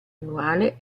annuale